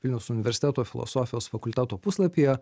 vilniaus universiteto filosofijos fakulteto puslapyje